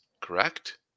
correct